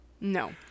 No